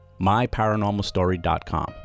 myparanormalstory.com